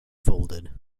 folded